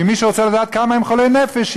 ומי שרוצה לדעת כמה הם חולי נפש,